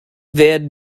werden